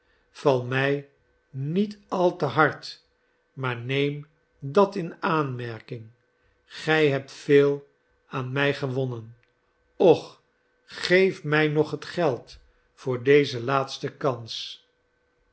val mij niet al te hard maar neem dat in aanmerking gij hebt veel aan mij gewonnen och geef mij nog het geld voor deze laatste kans